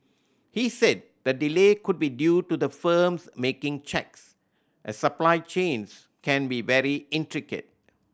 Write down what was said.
he said the delay could be due to the firms making checks as supply chains can be very intricate